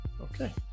okay